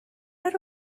are